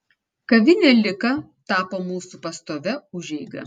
kavinė lika tapo mūsų pastovia užeiga